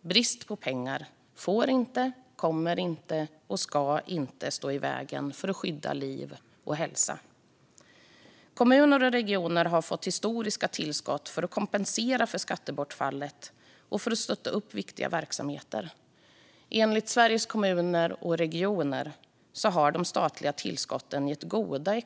Brist på pengar får inte, kommer inte och ska inte stå i vägen för att skydda liv och hälsa. Kommuner och regioner har fått historiska tillskott för att kompensera för skattebortfallet och för att stötta viktiga verksamheter. Enligt Sveriges Kommuner och Regioner har de statliga tillskotten gett goda